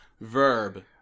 Verb